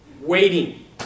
waiting